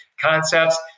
concepts